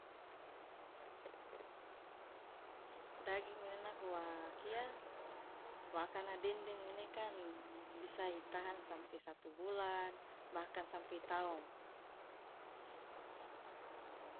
daging mene nako wa kia wa akana dendeng mane kan bisa itahan sampe satu bulan bakan sampe itaong.